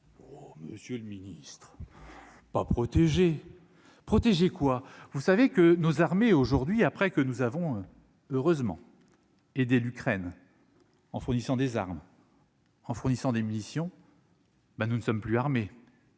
Monsieur le Ministre pas protéger, protéger quoi, vous savez que nos armées aujourd'hui après que nous avons heureusement et l'Ukraine, en fournissant des armes. En fournissant des munitions. Bah, nous ne sommes plus.